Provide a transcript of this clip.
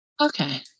Okay